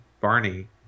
Barney